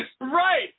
Right